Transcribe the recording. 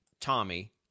Tommy